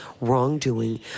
wrongdoing